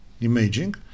imaging